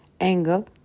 angle